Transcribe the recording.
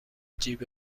جیب